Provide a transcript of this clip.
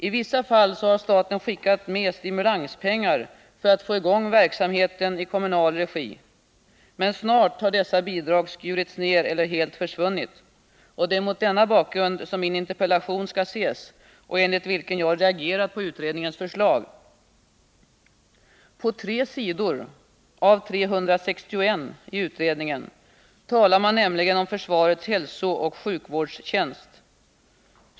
I vissa fall har staten skickat med stimulanspengar för att få i gång verksamheten i kommunal regi, men snart har dessa bidrag skurits ner eller helt försvunnit. Det är mot denna bakgrund min interpellation skall ses och enligt vilken jag reagerat på utredningens förslag. På 3 sidor av 361 i utredningen talar man nämligen om försvarets hälsooch sjukvårdstjänst.